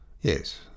Yes